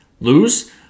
lose